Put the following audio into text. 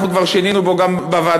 אנחנו כבר שינינו אותו גם בוועדה,